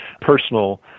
personal